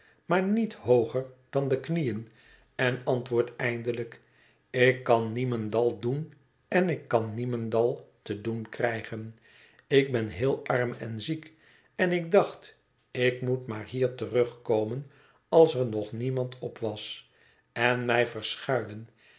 maar niet hooger dan de knieën en antwoordt eindelijk ik kan niemendal doen en ik kan niemendal te doen krijgen ik ben heel arm en ziek en ik dacht ik moest maar hier terugkomen als er nog niemand op was en mij verschuilen